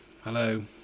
Hello